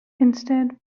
instead